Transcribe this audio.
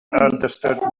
understood